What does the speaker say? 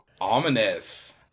ominous